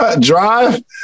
Drive